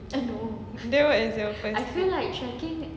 then what is your first date